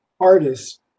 artists